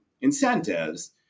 incentives